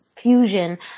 Fusion